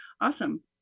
Awesome